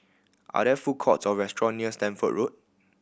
are there food courts or restaurant near Stamford Road